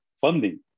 funding